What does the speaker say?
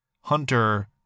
hunter